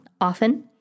often